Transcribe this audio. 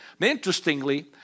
Interestingly